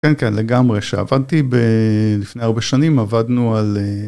כן, כן, לגמרי. שעבדתי ב... לפני הרבה שנים, עבדנו על...